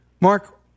Mark